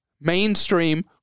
mainstream